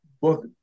book